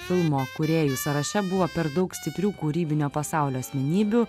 filmo kūrėjų sąraše buvo per daug stiprių kūrybinio pasaulio asmenybių